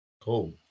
Cool